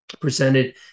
presented